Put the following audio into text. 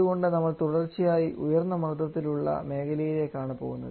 അതുകൊണ്ട് നമ്മൾ തുടർച്ചയായി ഉയർന്ന മർദ്ദത്തിൽ ഉള്ള മേഖലയിലേക്കാണ് പോകുന്നത്